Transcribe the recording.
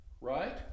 right